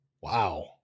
wow